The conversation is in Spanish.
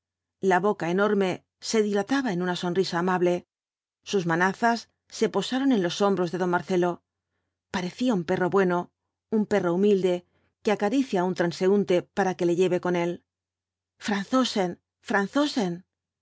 la boca enorme se dilataba con una sonrisa amable sus manazas se posaron en los hombros de don marcelo parecía un perro bueno un perro humilde que acaricia á un transeúnte para que le lleve con él franzosen